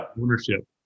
ownership